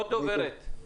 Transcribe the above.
עוד דוברת.